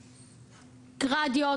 רדיו,